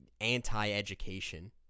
anti-education